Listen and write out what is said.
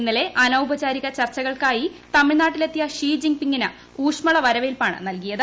ഇന്നലെ അനൌപചാരിക ചർച്ചകൾക്കായി തമിഴ്നാട്ടിൽ എത്തിയ ഷി ജിൻപിങിന് ഊഷ്മളവരവേൽപ്പാണ് നൽകിയത്